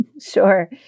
Sure